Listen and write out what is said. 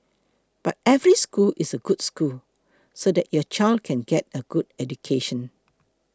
but every school is a good school so that your child can get a good education